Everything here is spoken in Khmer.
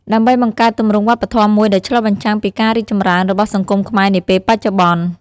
ដើម្បីបង្កើតទម្រង់វប្បធម៌មួយដែលឆ្លុះបញ្ចាំងពីការរីកចម្រើនរបស់សង្គមខ្មែរនាពេលបច្ចុប្បន្ន។